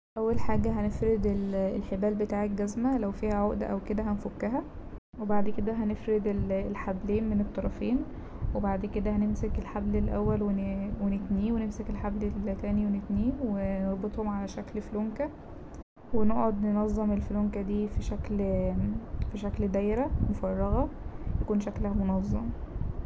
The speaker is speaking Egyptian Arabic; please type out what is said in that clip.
اول حاجة هنفرد الحبال بتاع الجزمة لو فيها عقدة أو كده هنفكها وبعد كده هنفرد ال- الحبلين من الطرفين وبعد كده هنمسك الحبل الاول ون- ونتنيه ونمسك الحبل التاني ونتنيه ونربطهم على شكل فلونكة ونقعد ننظم الفلونكة دي في شكل دايرة مفرغه يكون شكلها منظم.